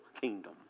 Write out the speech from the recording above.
kingdom